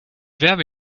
werbe